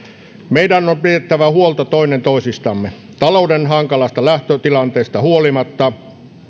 meidän on pidettävä huolta toisistamme talouden hankalasta lähtötilanteesta huolimatta